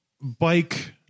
bike